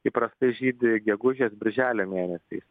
įprastai žydi gegužės birželio mėnesiais